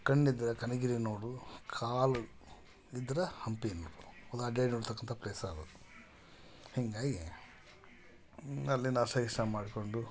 ಕಣ್ಣಿದ್ದರೆ ಕನಕ್ಗಿರಿ ನೋಡು ಕಾಲು ಇದ್ದರೆ ಹಂಪಿ ನೋಡು ಅದು ಅಡ್ಯಾಡಿ ನೋಡತಕ್ಕಂತ ಪ್ಲೇಸ್ ಅದು ಹೀಗಾಗಿ ಅಲ್ಲಿ ನಾಷ್ಟ ಗಿಷ್ಟ ಮಾಡಿಕೊಂಡು